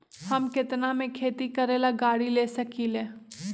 हम केतना में खेती करेला गाड़ी ले सकींले?